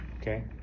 Okay